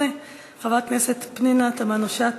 8). חברת הכנסת פנינה תמנו-שטה,